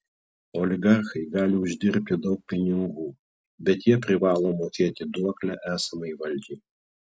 oligarchai gali uždirbti daug pinigų bet jie privalo mokėti duoklę esamai valdžiai